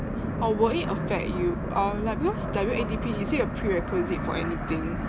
oh will it affect you or like because W_A_D_P is it a prerequisite for anything